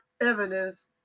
evidence